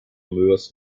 moers